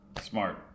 Smart